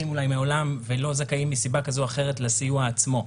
אולי מעולם ולא זכאים מסיבה כזו או אחרת לסיוע עצמו.